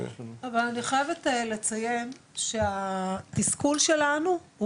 אבל אני חייבת לציין שהתסכול שלנו הוא